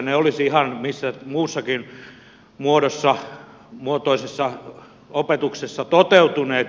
ne olisivat ihan minkä muunkin muotoisessa opetuksessa toteutuneet